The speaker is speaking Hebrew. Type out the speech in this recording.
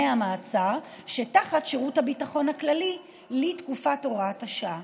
המעצר שתחת שירות הביטחון הכללי לתקופת הוראת השעה.